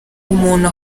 umuntu